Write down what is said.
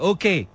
Okay